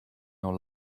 your